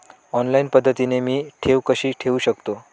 Online पद्धतीने मी ठेव कशी ठेवू शकतो?